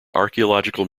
archaeological